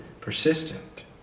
persistent